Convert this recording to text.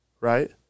right